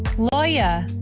lawyer.